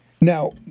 Now